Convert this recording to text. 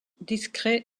discret